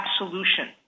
absolution